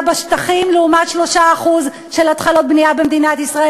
בשטחים לעומת 3% של התחלות בנייה במדינת ישראל,